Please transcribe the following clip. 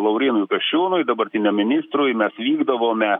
laurynui kasčiūnui dabartiniam ministrui mes vykdavome